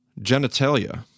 genitalia